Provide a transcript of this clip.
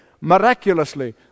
miraculously